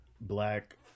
Black